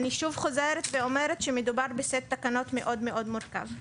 אני שוב חוזרת ואומרת שמדובר בסט תקנות מאוד-מאוד מורכב.